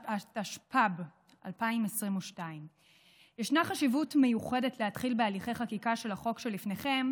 התשפ"ב 2022. ישנה חשיבות מיוחדת להתחיל בהליכי חקיקה של החוק שלפניכם,